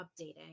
updating